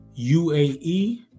UAE